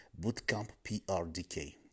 bootcampprdk